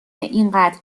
اینقدر